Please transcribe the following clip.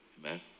Amen